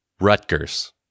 rutgers